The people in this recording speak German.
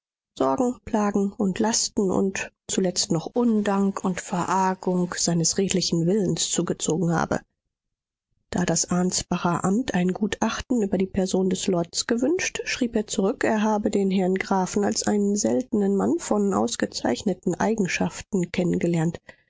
sorgen plagen und lasten und zuletzt noch undank und verargung seines redlichen willens zugezogen habe da das ansbacher amt ein gutachten über die person des lords gewünscht schrieb er zurück er habe den herrn grafen als einen seltenen mann von ausgezeichneten eigenschaften